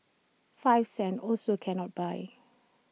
five cents also cannot buy